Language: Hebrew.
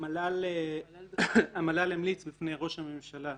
המל"ל המליץ בפני ראש הממשלה,